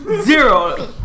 Zero